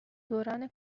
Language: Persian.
دوران